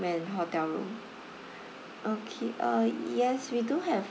and hotel room okay uh yes we do have